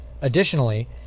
Additionally